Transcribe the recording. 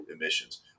emissions